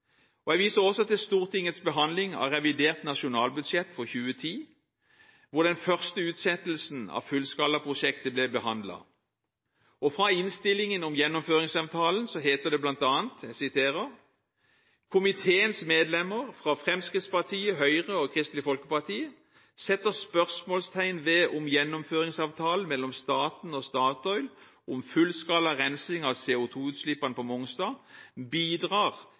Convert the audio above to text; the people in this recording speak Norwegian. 2012. Jeg viser også til Stortingets behandling av revidert nasjonalbudsjett for 2010, hvor den første utsettelsen av fullskalaprosjektet ble behandlet. Fra innstillingen om Gjennomføringsavtalen heter det blant annet at komiteens medlemmer fra Fremskrittspartiet, Høyre og Kristelig Folkeparti «setter spørsmålstegn ved om gjennomføringsavtalen mellom staten og Statoil om fullskala rensing av CO2-utslippene på Mongstad, bidrar